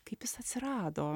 kaip jis atsirado